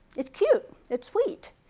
it's cute, it's sweet.